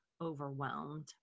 overwhelmed